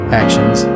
actions